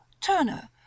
Turner